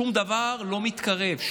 שום דבר לא מתקרב.